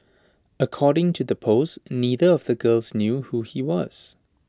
according to the post neither of the girls knew who he was